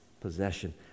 possession